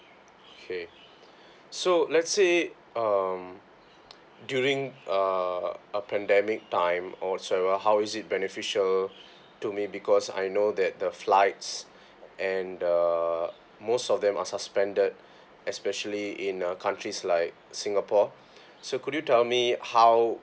okay so let's say um during err a pandemic time or so how is it beneficial to me because I know that the flights and the most of them are suspended especially in a countries like singapore so could you tell me how